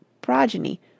progeny